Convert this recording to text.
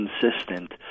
consistent